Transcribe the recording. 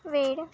वेळ